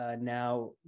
now